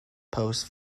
post